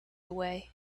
away